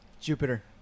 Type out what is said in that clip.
Jupiter